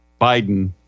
Biden